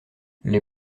les